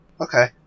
Okay